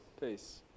Peace